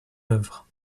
œuvres